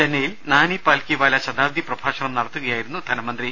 ചെന്നൈയിൽ നാനി പാൽക്കിവാല ശതാബ്ദി പ്രഭാഷണം നടത്തുകയായിരുന്നു ധനമന്ത്രി